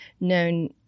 known